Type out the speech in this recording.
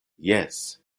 jes